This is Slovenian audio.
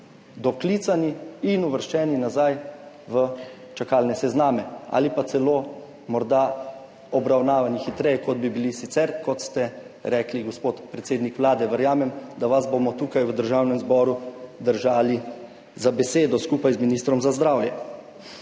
doklicani in uvrščeni nazaj v čakalne sezname ali pa celo morda obravnavani hitreje, kot bi bili sicer, kot ste rekli, gospod predsednik Vlade. Verjamem, da vas bomo tukaj v Državnem zboru držali za besedo skupaj z ministrom za zdravje.